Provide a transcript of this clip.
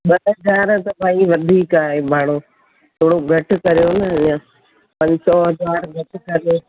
ॿ हज़ार त भई वधीक आहे भाड़ो थोरो घटि करियो न अञा पंज सौ हज़ार घटि करियो